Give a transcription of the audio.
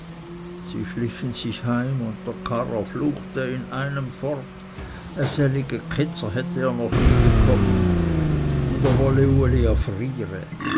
sie schlichen sich heim und der karrer fluchte in einem fort e sellige ketzer hätte er noch nie bekommen und er wollte uli erfriere